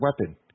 weapon